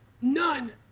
None